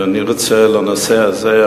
אני רוצה לדבר על הנושא הזה,